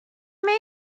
may